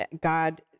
God